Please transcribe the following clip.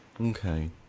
okay